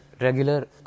regular